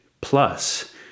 plus